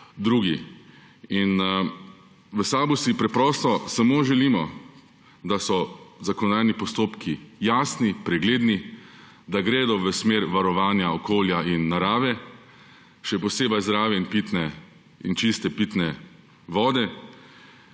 drug. V SAB si preprosto samo želimo, da so zakonodajni postopki jasni, pregledni, da gredo v smer varovanja okolja in narave, še posebej zraven pitne in čiste pitne vode.